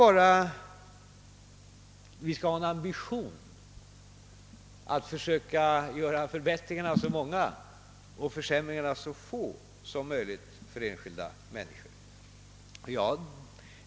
Vi skall emellertid ha ambitionen att försöka åstadkomma så många förbättringar och så få försämringar som möjligt för de enskilda människorna.